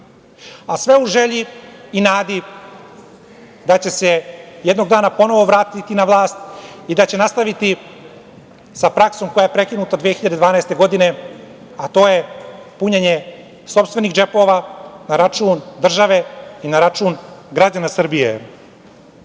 a sve u želji i nadi da će se jednog dana ponovo vratiti na vlast i da će nastaviti sa praksom koja je prekinuta 2012. godine, a to je punjenje sopstvenih džepova na račun države i na račun građana Srbije. Zar